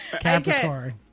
Capricorn